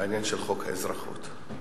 חוק האזרחות,